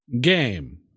game